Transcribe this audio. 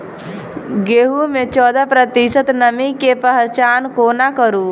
गेंहूँ मे चौदह प्रतिशत नमी केँ पहचान कोना करू?